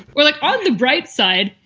well, look, on the bright side,